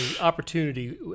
opportunity